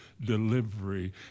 delivery